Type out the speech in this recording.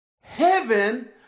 Heaven